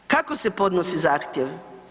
Kako se podnosi zahtjev?